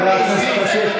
חבר הכנסת כסיף,